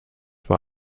war